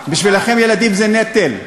בשבילכם ילדים זה נטל.